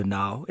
now